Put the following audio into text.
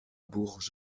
bourges